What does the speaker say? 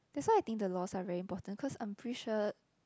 that's why I think the laws are very important cause I'm pretty sure